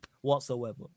whatsoever